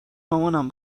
مامانم